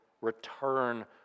return